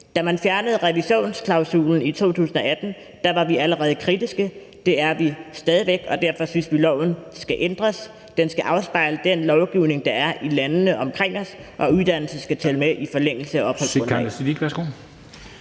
Da man fjernede revisionsklausulen i 2018, var vi allerede kritiske. Det er vi stadig væk, og derfor synes vi, at loven skal ændres. Den skal afspejle den lovgivning, der er i landene omkring os, og uddannelse skal tælle med ved forlængelse af opholdsgrundlaget.